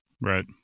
Right